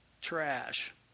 trash